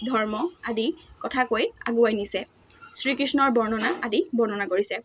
ধৰ্ম আদি কথা কৈ আগুৱাই নিছে শ্ৰীকৃষ্ণৰ বৰ্ণনা আদি বৰ্ণনা কৰিছে